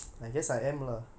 mmhmm